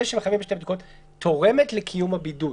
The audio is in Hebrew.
אלה שמחייבים בשתי בדיקות תורם לקיום הבידוד.